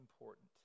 important